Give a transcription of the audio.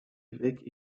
évêque